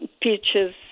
peaches